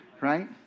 right